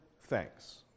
thanks